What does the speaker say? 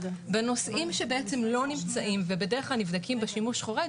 נושאים שבעצם לא נמצאים ובדרך כלל נבדקים בשימוש חורג,